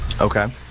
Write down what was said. okay